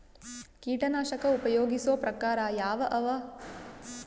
ಕೀಟನಾಶಕ ಉಪಯೋಗಿಸೊ ಪ್ರಕಾರ ಯಾವ ಅವ?